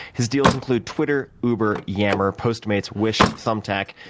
his deals include twitter, uber, yammer, postmates, wish, thumbtack,